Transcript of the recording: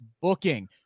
booking